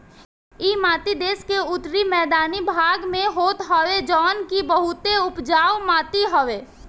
इ माटी देस के उत्तरी मैदानी भाग में होत हवे जवन की बहुते उपजाऊ माटी हवे